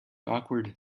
awkward